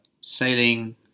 sailing